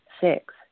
Six